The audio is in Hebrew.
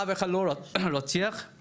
אף אחד לא הרג אותו,